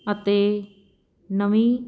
ਅਤੇ ਨਵੀਂ